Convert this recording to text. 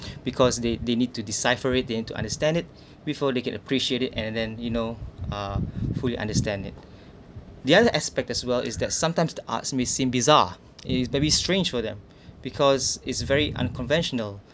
because they they need to decipher it they need to understand it before they can appreciate it and then you know uh fully understand it the other aspect as well is that sometimes the arts may seem bizarre it's maybe strange for them because it's very unconventional